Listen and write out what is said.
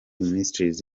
ministries